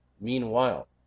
Meanwhile